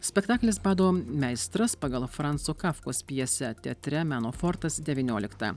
spektaklis bado meistras pagal franco kafkos pjesę teatre meno fortas devynioliktą